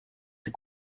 ses